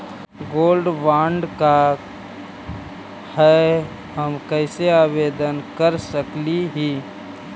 Gold bond का है, हम कैसे आवेदन कर सकली ही?